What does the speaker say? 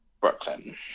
Brooklyn